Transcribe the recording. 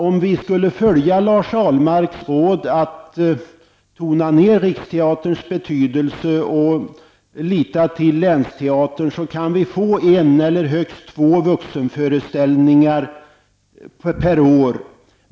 Om vi skulle följa Lars Ahlmarks råd och tona ned Riksteaterns betydelse och lita till Länsteatern, skulle vi få en eller högst två vuxenföreställningar per år.